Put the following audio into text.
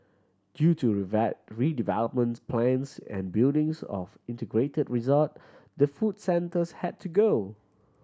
due to redevelopments plans and buildings of integrated resort the food centres had to go